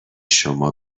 شما